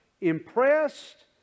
impressed